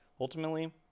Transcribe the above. Ultimately